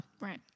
Right